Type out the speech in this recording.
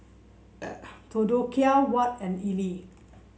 Theodocia Watt and Elie